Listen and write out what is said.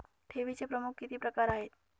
ठेवीचे प्रमुख किती प्रकार आहेत?